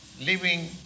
living